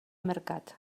mercat